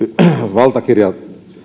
valtakirjalla